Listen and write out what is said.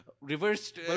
reversed